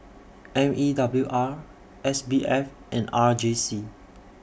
M E W R S B F and R J C